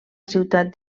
ciutat